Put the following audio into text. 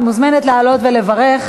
את מוזמנת לעלות ולברך